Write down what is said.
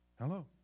Hello